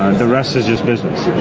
the rest is just business.